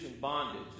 bondage